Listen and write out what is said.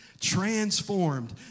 Transformed